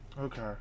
Okay